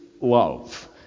love